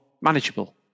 manageable